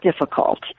difficult